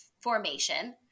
formation